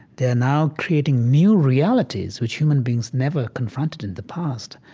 they're now creating new realities which human beings never confronted in the past,